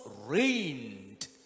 reigned